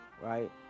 right